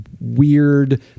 weird